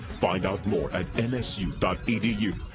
find out nor at nsu edu.